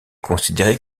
considéré